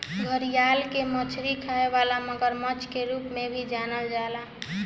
घड़ियाल के मछरी खाए वाला मगरमच्छ के रूप में भी जानल जाला